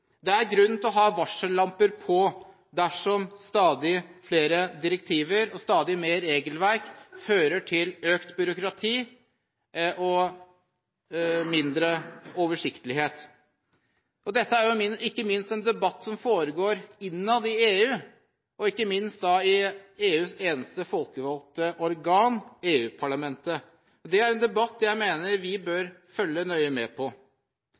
økt byråkrati og mindre oversiktlighet. Dette er jo ikke minst en debatt som foregår innad i EU og i EUs eneste folkevalgte organ, EU-parlamentet. Det er en debatt jeg mener vi bør følge nøye med på.